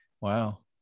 Wow